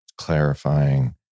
clarifying